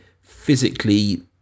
physically